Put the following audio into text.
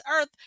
earth